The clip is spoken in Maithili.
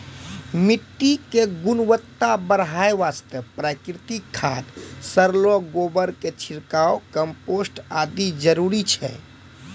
मिट्टी के गुणवत्ता बढ़ाय वास्तॅ प्राकृतिक खाद, सड़लो गोबर के छिड़काव, कंपोस्ट आदि जरूरी छै